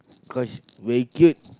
cause very cute